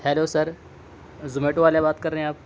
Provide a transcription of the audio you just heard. hello sir Zomato والے بات کر رہے ہیں آپ